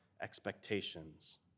expectations